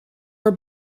her